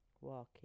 walking